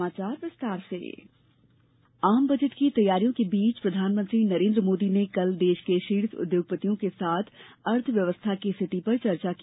समाचार विस्तार से आम बजट आम बजट की तैयारियों के बीच प्रधानमंत्री नरेंद्र मोदी ने कल देश के शीर्ष उद्योगपतियों के साथ अर्थव्यवस्था की स्थिति पर कल चर्चा की